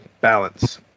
balance